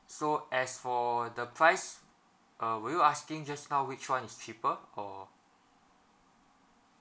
so as for the price uh were you asking just now which one is cheaper or